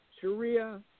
Sharia